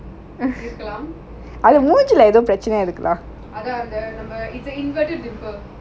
but it's an inverted dimple அன்னிக்கி சொன்னோம்ல:aniki sonomla